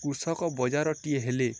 କୃଷକ ବଜାରଟିଏ ହେଲେ